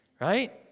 right